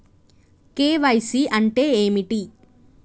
KYC అంటే ఏమిటి?